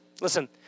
listen